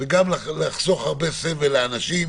וגם לחסוך סבל לאנשים.